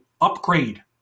upgrade